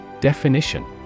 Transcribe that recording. Definition